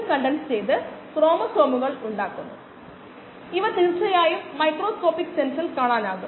കോശങ്ങൾ അവ മൈക്രോൺ വലുപ്പമാണെന്ന് നമുക്കറിയാം അതിനാൽ മൈ സ്കാറ്ററിംഗ് റേഞ്ച് പ്രാബല്യത്തിൽ വരും